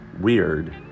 weird